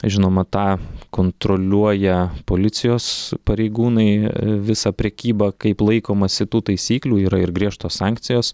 žinoma tą kontroliuoja policijos pareigūnai visą prekybą kaip laikomasi tų taisyklių yra ir griežtos sankcijos